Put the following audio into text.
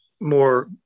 more